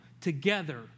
together